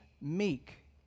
meek